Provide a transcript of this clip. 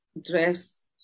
dress